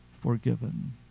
forgiven